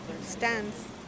stands